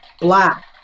black